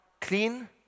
clean